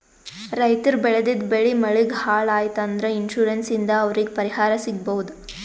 ರೈತರ್ ಬೆಳೆದಿದ್ದ್ ಬೆಳಿ ಮಳಿಗ್ ಹಾಳ್ ಆಯ್ತ್ ಅಂದ್ರ ಇನ್ಶೂರೆನ್ಸ್ ಇಂದ್ ಅವ್ರಿಗ್ ಪರಿಹಾರ್ ಸಿಗ್ಬಹುದ್